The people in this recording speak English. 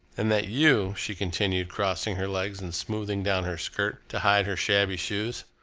and that you, she continued, crossing her legs and smoothing down her skirt to hide her shabby shoes,